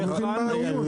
אני לא מבין מה הרעיון.